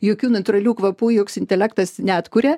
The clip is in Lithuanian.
jokių natūralių kvapų joks intelektas neatkuria